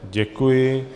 Děkuji.